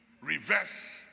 reverse